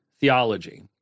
theology